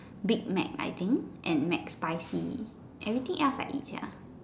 Big Mac I think and MacSpicy everything else I eat sia